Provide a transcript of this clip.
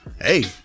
hey